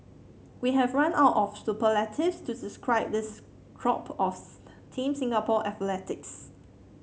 we have run out of superlatives to describe this crop of Team Singapore athletes